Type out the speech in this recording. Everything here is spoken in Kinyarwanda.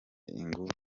inguvu